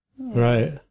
Right